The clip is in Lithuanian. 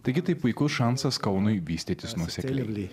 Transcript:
taigi tai puikus šansas kaunui vystytis nosekliai